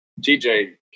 TJ